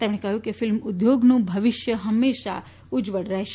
તેમણે ઉમેર્યું કે ફિલ્મ ઉદ્યોગનું ભવિષ્ય હંમેશા ઉજ્જવળ રહે છે